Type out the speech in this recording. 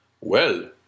Well